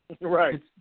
right